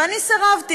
ואני סירבתי.